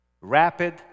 Rapid